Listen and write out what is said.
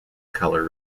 color